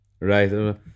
right